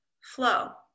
flow